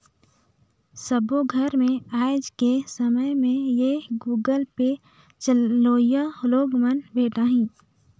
सबो घर मे आएज के समय में ये गुगल पे चलोइया लोग मन भेंटाहि